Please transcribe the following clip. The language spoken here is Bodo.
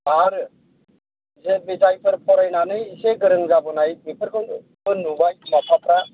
आरो जो बे जायफोर फरायनानै इसे गोरों जाबोनाय बेफोरखौबो नुबाय फिसाफ्रा